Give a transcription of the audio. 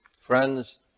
Friends